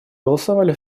голосовали